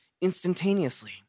instantaneously